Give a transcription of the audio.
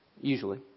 usually